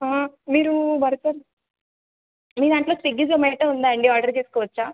మీరు వర్కర్ మీ దాంట్లో స్విగ్గి జోమాటో ఉందా అండి ఆర్డర్ చేసుకోవచ్చా